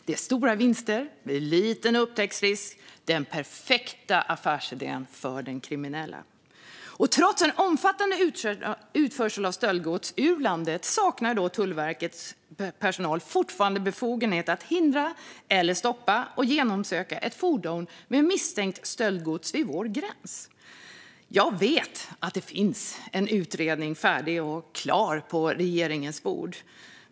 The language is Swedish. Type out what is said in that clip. Det är stora vinster och liten upptäcktsrisk - den perfekta affärsidén för den kriminella. Trots en omfattande utförsel av stöldgods ur landet saknar Tullverkets personal fortfarande befogenhet att hindra eller stoppa och genomsöka ett fordon med misstänkt stöldgods vid vår gräns. Jag vet att det finns en utredning färdig och klar på regeringens bord.